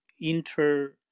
inter